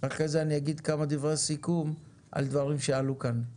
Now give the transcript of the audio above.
ואחרי זה אני אגיד כמה דברי סיכום על דברים שעלו כאן.